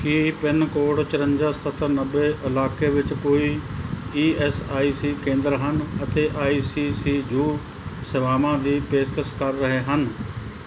ਕੀ pin code ਚੁਰੰਜਾ ਸਤੱਤਰ ਨੱਬੇ ਇਲਾਕੇ ਵਿੱਚ ਕੋਈ ਈ ਐਸ ਆਈ ਸੀ ਕੇਂਦਰ ਹਨ ਅਤੇ ਆਈ ਸੀ ਸੀ ਜੂ ਸੇਵਾਵਾਂ ਦੀ ਪੇਸ਼ਕਸ਼ ਕਰ ਰਹੇ ਹਨ